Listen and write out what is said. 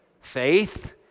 faith